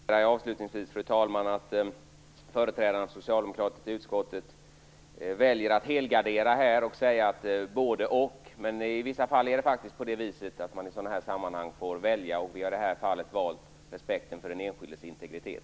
Fru talman! Avslutningsvis konstaterar att jag företrädaren för Socialdemokraterna i utskottet väljer att helgardera sig här genom att säga både-och. I vissa fall får man i sådana här sammanhang välja. Vi har i det här fallet valt respekten för den enskildes integritet.